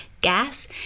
gas